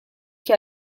che